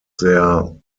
their